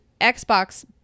Xbox